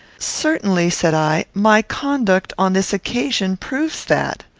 certainly, said i, my conduct, on this occasion, proves that.